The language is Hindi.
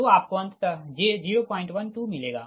तो आपको अंततः j 012 मिलेगा